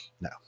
No